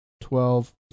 twelve